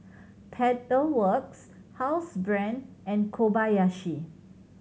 Pedal Works Housebrand and Kobayashi